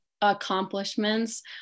accomplishments